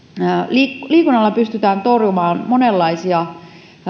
liikunnalla pystytään torjumaan monenlaisia